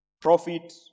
profit